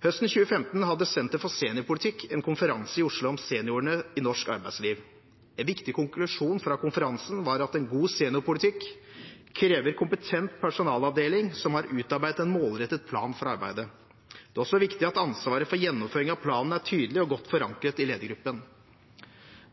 Høsten 2015 hadde Senter for seniorpolitikk en konferanse i Oslo om seniorene i norsk arbeidsliv. En viktig konklusjon fra konferansen var at en god seniorpolitikk krever en kompetent personalavdeling som har utarbeidet en målrettet plan for arbeidet. Det er også viktig at ansvaret for gjennomføring av planen er tydelig og godt forankret i ledergruppen.